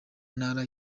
ntara